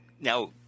now